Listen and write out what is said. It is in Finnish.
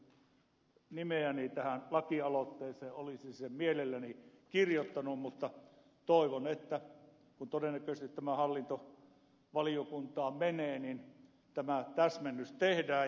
kantola olisi pyytänyt nimeäni tähän lakialoitteeseen olisin sen mielelläni kirjoittanut mutta toivon kun todennäköisesti tämä hallintovaliokuntaan menee että tämä täsmennys tehdään